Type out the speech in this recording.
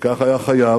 וכך היה חייב,